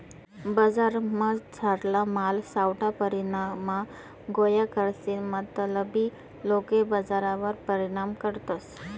बजारमझारला माल सावठा परमाणमा गोया करीसन मतलबी लोके बजारवर परिणाम करतस